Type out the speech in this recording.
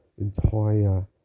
entire